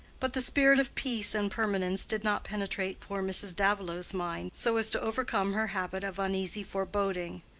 but the spirit of peace and permanence did not penetrate poor mrs. davilow's mind so as to overcome her habit of uneasy foreboding.